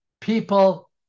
people